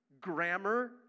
grammar